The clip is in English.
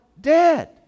dead